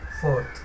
fourth